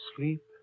Sleep